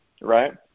Right